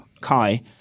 kai